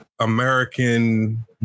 American